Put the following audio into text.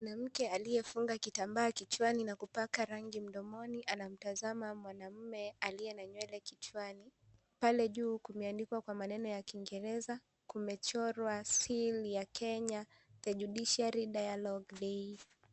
Mwanamke aliyefunga kitambaa kichwani na kupaka rangi mdomoni anamtazama mwanaume aliye na nywele kichwani, pale juu imeandikwa kwa maneno ya kingereza. Kimechorwa seal ya Kenya. The Judiciary Dialogue Day